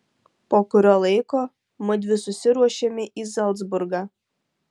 po kurio laiko mudvi susiruošėme į zalcburgą